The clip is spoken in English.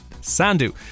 Sandu